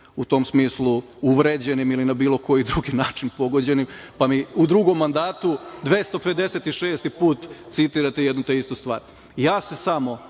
u tom smislu uvređenim ili na bilo koji drugi način pogođenim, pa mi u drugom mandatu 256 put citirate jednu te istu stvar. Ja se samo